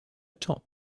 top